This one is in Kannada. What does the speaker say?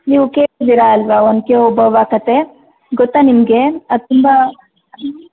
ನೀವು ಕೇಳಿದ್ದೀರ ಅಲ್ಲವಾ ಒನಕೆ ಓಬವ್ವಾ ಕಥೆ ಗೊತ್ತಾ ನಿಮಗೆ ಅದು ತುಂಬ